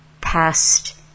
past